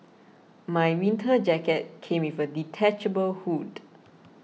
my winter jacket came with a detachable hood